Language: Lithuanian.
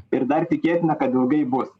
ir dar tikėtina kad ilgai bus